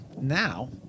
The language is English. now